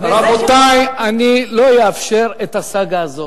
רבותי, אני לא אאפשר את הסאגה הזאת.